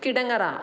Kidangara